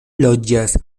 loĝas